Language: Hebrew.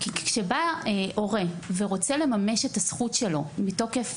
כי כשבא הורה ורוצה לממש את הזכות שלו מתוקף